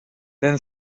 then